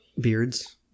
beards